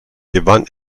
gewann